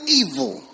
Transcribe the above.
evil